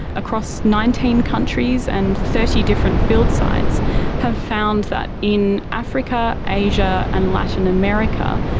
across nineteen countries and thirty different field sites have found that in africa, asia and latin america,